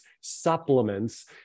supplements